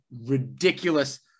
ridiculous